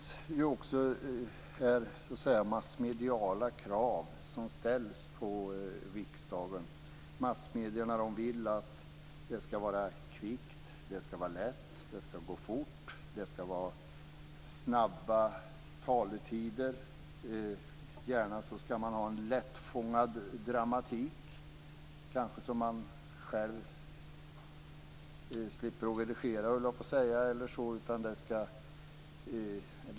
Det ställs också massmediala krav på riksdagen. Massmedierna vill att det skall vara kvickt, det skall vara lätt, det skall gå fort, det skall vara korta talartider, gärna en lättfångad dramatik - kanske så att man själv slipper redigera, höll jag på att säga.